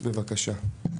בבקשה.